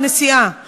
או הנשיאה החדשה,